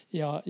ja